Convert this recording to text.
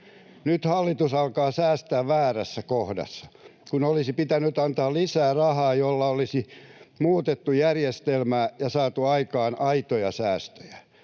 Nyt hallitus alkaa säästää väärässä kohdassa, kun olisi pitänyt antaa lisää rahaa, jolla olisi muutettu järjestelmää ja saatu aikaan aitoja säästöjä.